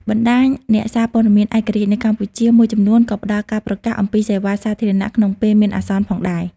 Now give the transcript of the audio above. បណ្តាញអ្នកសារព័ត៌មានឯករាជ្យនៅកម្ពុជាមួយចំនួនក៏ផ្តល់ការប្រកាសអំពីសេវាសាធារណៈក្នុងពេលមានអាសន្នផងដែរ។